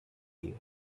you